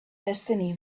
destiny